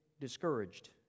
discouraged